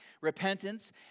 repentance